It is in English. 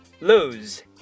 lose